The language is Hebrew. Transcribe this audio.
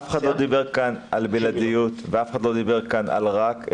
אף אחד לא דיבר כאן על בלעדיות ואף אחד לא דיבר כאן על רק,